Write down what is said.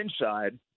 inside